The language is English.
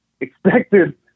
expected